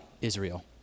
Israel